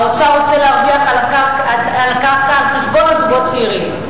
האוצר רוצה להרוויח על הקרקע על חשבון הזוגות הצעירים,